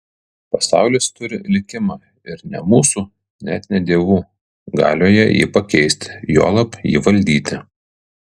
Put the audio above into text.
pasaulis turi likimą ir ne mūsų net ne dievų galioje jį pakeisti juolab jį valdyti